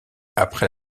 après